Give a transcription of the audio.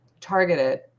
targeted